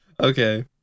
Okay